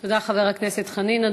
תודה, חבר הכנסת חנין.